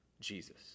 Jesus